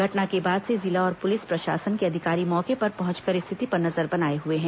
घटना के बाद से जिला और पुलिस प्रशासन के अधिकारी मौके पर पहुंचकर स्थिति पर नजर बनाए हुए हैं